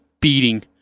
beating